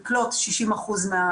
חשוב שנקבל פה רשימה של מה הוקצה,